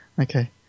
Okay